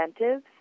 incentives